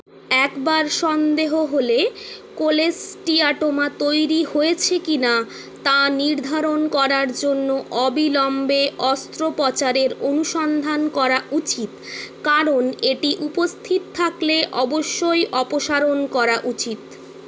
একবার সন্দেহ হলে কোলেস্টিয়াটোমা তৈরি হয়েছে কিনা তা নির্ধারণ করার জন্য অবিলম্বে অস্ত্রোপচারের অনুসন্ধান করা উচিত কারণ এটি উপস্থিত থাকলে অবশ্যই অপসারণ করা উচিত